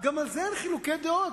גם על זה אין חילוקי דעות.